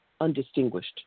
undistinguished